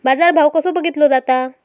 बाजार भाव कसो बघीतलो जाता?